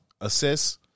assists